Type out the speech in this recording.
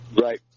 right